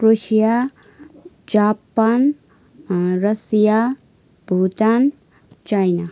Croatia Japan Russia Bhutan China